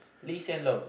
Lee-Hsien-Loong